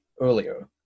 earlier